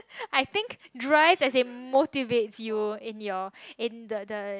I think drives as in motivates you in your in the the